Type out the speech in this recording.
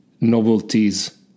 novelties